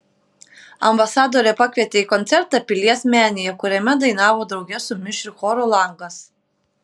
ambasadorė pakvietė į koncertą pilies menėje kuriame dainavo drauge su mišriu choru langas